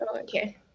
Okay